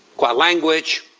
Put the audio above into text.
qua language,